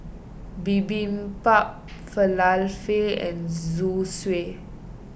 Bibimbap Falafel and Zosui